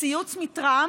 ציוץ מטראמפ,